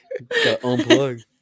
Unplug